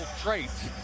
traits